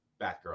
batgirl